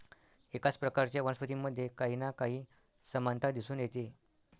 एकाच प्रकारच्या वनस्पतींमध्ये काही ना काही समानता दिसून येते